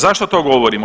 Zašto to govorimo?